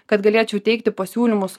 kad galėčiau teikti pasiūlymus